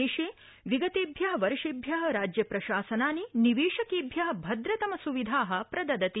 देशे विगतेभ्यः वर्षेभ्यः राज्य प्रशासनानि निवेशकेभ्यः भद्रतम स्विधाः प्रददति